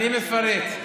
אני מפרט.